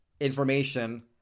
information